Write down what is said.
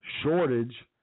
shortage